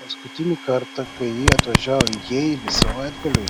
paskutinį kartą kai ji atvažiavo į jeilį savaitgaliui